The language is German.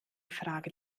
frage